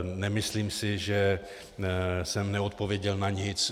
Nemyslím si, že jsem neodpověděl na nic.